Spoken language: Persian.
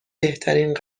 بهترین